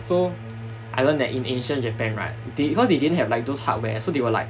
so I learned that in ancient japan right did because they didn't have like those hardware so they will like